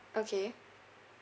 okay